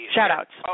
Shout-outs